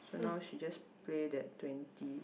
so now she just play that twenty